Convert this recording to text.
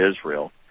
israel